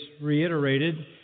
reiterated